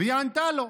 והיא ענתה לו.